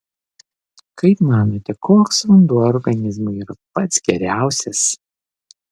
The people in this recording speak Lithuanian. kaip manote koks vanduo organizmui yra pats geriausias